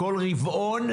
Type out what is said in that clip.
כל רבעון,